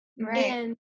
right